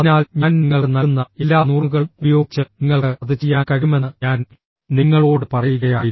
അതിനാൽ ഞാൻ നിങ്ങൾക്ക് നൽകുന്ന എല്ലാ നുറുങ്ങുകളും ഉപയോഗിച്ച് നിങ്ങൾക്ക് അത് ചെയ്യാൻ കഴിയുമെന്ന് ഞാൻ നിങ്ങളോട് പറയുകയായിരുന്നു